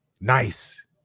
Nice